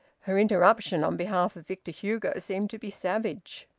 her interruption on behalf of victor hugo seemed to be savage.